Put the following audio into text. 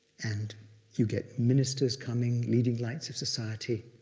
and you get ministers coming, leading lights of society,